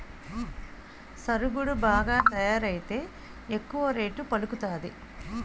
సరుగుడు బాగా తయారైతే ఎక్కువ రేటు పలుకుతాది